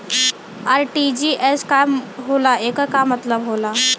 RTGS का होला एकर का मतलब होला?